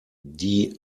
die